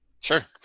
Sure